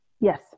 Yes